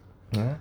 nah